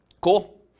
cool